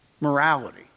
morality